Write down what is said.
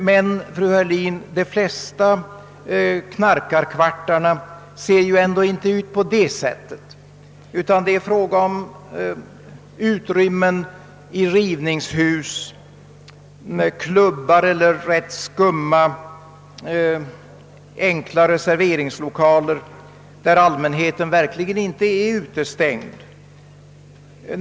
Men, fru Heurlin, de flesta knarkarkvartar ser ju ändå inte ut på det sättet, utan det är fråga om utrymmen i rivningshus, klubbar eller rätt skumma enklare serveringslokaler där allmänheten verkligen inte är utestängd.